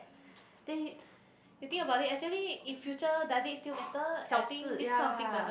then it yeah it's 小事 yeah